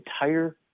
entire